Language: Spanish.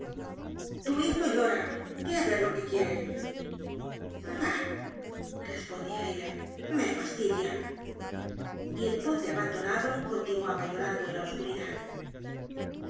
tu hijo llora vé á ver lo que quiere bah respondia ella me fastidia y el pobre abandonado continuaba llorando en la oscuridad